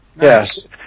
Yes